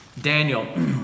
Daniel